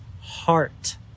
heart